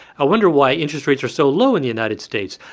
i wonder why interest rates are so low in the united states,